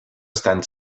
estan